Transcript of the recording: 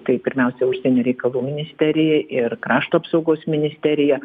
tai pirmiausia užsienio reikalų ministerija ir krašto apsaugos ministerija